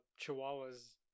chihuahuas